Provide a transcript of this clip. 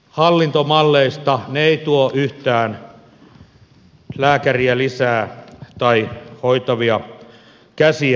ne eivät tuo yhtään lääkäriä tai hoitavia käsiä lisää